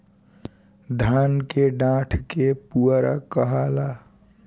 धान के डाठ के पुआरा कहाला